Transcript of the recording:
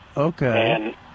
Okay